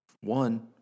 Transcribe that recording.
One